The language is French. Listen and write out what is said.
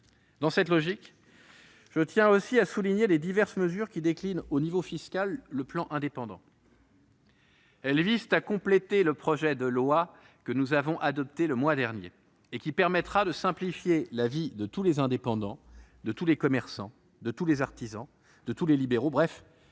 Dans cette logique, je tiens aussi à insister sur les diverses mesures qui déclinent, au niveau fiscal, le plan Indépendants. Celles-ci visent à compléter le projet de loi que nous avons adopté le mois dernier, et qui permettra de simplifier la vie de tous les indépendants, de tous les commerçants, de tous les artisans, de tous les libéraux, bref,